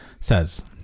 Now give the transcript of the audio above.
says